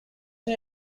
him